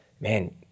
man